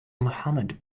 mohamed